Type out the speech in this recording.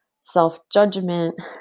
self-judgment